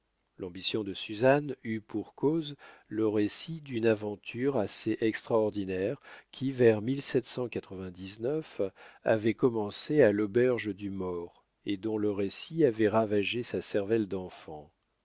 l'ambition de suzanne eut pour cause le récit d'une aventure assez extraordinaire qui vers avait commencé à l'auberge du more et dont le récit avait ravagé sa cervelle d'enfant